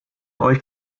euch